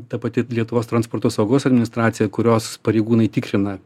ta pati lietuvos transporto saugos administracija kurios pareigūnai tikrina